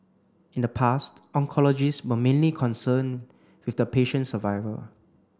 in the past oncologists were mainly concerned with the patient survival